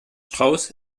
strauß